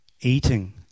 eating